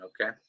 okay